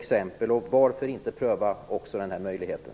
Varför inte pröva också den här möjligheten?